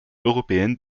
européenne